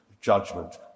judgment